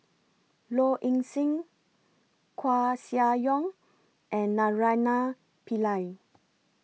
Low Ing Sing Koeh Sia Yong and Naraina Pillai